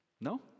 No